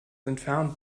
entfernt